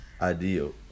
ideal